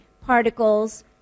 particles